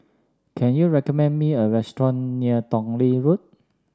can you recommend me a restaurant near Tong Lee Road